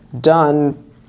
done